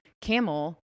camel